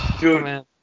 Dude